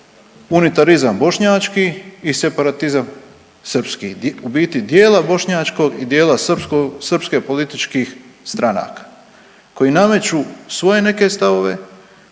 unitarizam bošnjački i separatizam srpski, u biti dijela bošnjačkog i dijela srpsko, srpske političkih stranaka koji nameću svoje neke stavovima,